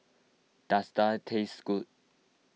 does Daal taste good